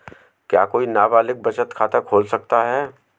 क्या कोई नाबालिग बचत खाता खोल सकता है?